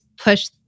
push